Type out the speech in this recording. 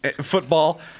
Football